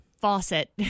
faucet